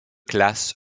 classes